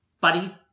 buddy